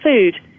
food